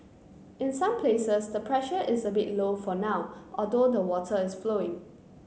in some places the pressure is a bit low for now although the water is flowing